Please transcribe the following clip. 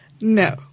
No